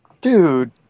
Dude